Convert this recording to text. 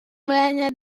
melihatnya